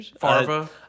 Farva